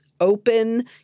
open